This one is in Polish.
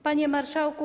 Panie Marszałku!